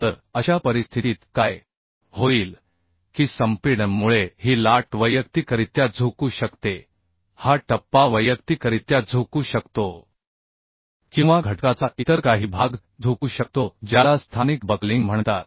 तर अशा परिस्थितीत काय होईल की संपीडनमुळे ही लाट वैयक्तिकरित्या झुकू शकते हा टप्पा वैयक्तिकरित्या झुकू शकतो किंवा घटकाचा इतर काही भाग झुकू शकतो ज्याला स्थानिक बकलिंग म्हणतात